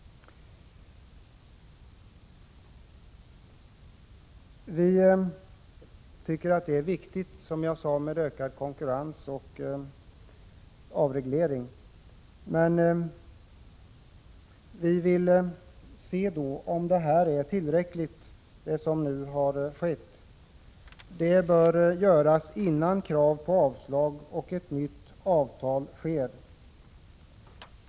Det är viktigt med ökad konkurrens och avreglering, men vi vill i centerpartiet se om det som har skett är tillräckligt. Det bör göras innan krav på avslag framförs och ett nytt avtal träffas.